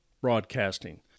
broadcasting